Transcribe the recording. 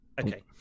okay